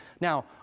Now